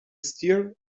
stir